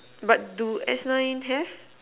but do S nine have